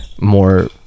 more